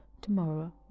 tomorrow